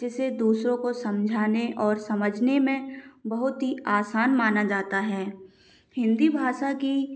जिसे दूसरों को समझाने और समझने में बहुत ही आसान माना जाता है हिंदी भाषा की